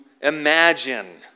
imagine